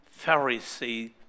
Pharisee